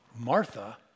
Martha